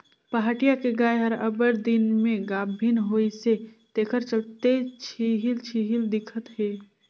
पहाटिया के गाय हर अब्बड़ दिन में गाभिन होइसे तेखर चलते छिहिल छिहिल दिखत हे